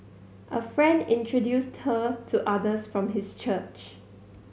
a friend introduced her to others from his church